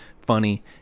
funny